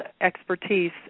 expertise